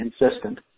insistent